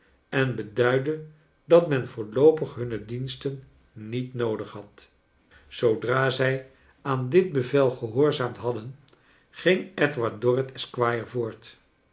en beduidde dat men voorloopig hunne diensten niet noodig had zoodra zij aan dit bevel gehoorzaamd hadden ging edward dorrit esquire voort